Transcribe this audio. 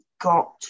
got